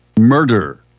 murder